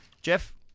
Jeff